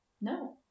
No